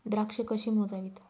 द्राक्षे कशी मोजावीत?